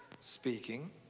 Speaking